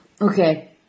Okay